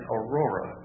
Aurora